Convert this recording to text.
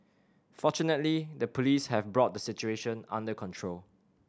fortunately the Police have brought the situation under control